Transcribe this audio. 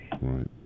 Right